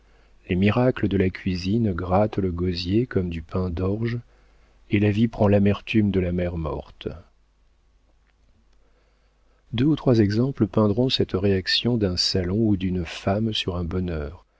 les miracles de la cuisine grattent le gosier comme du pain d'orge et la vie prend l'amertume de la mer morte deux ou trois exemples peindront cette réaction d'un salon ou d'une femme sur un bonheur